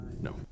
No